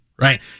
right